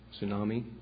tsunami